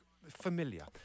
Familiar